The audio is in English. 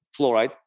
fluoride